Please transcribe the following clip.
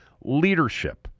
leadership